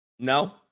No